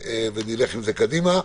ונלך עם זה קדימה.